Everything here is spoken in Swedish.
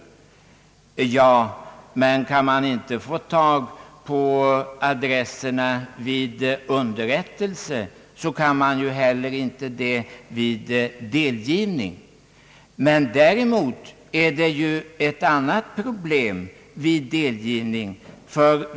Ja, men kan man inte få tag på adresserna för underrättelse, kan man inte heller få tag på dem för delgivning. Det finns däremot ett annat problem vid delgivning.